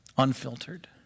unfiltered